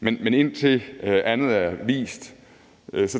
Men indtil andet er vist,